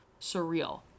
surreal